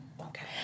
Okay